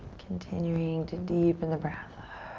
continuing to deepen the breath.